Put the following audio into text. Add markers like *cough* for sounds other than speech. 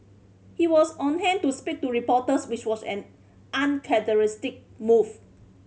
he was on hand to speak to reporters which was an *unintelligible* move